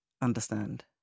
understand